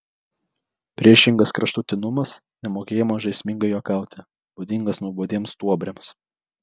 priešingas kraštutinumas nemokėjimas žaismingai juokauti būdingas nuobodiems stuobriams